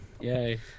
Yay